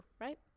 Right